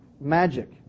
magic